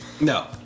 No